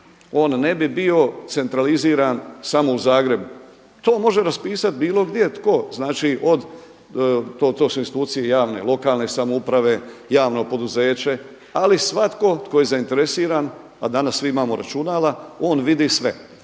on ne bi bio centraliziran samo u Zagrebu. To može raspisati bilo gdje, tko znači od to su institucije javne, lokalne samouprave, javno poduzeće, ali svatko tko je zainteresiran a danas svi imamo računala on vidi sve.